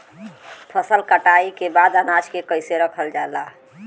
फसल कटाई के बाद अनाज के कईसे रखल जाला?